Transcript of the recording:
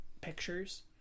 pictures